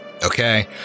okay